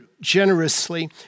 generously